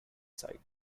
site